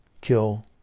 kill